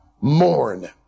Mourn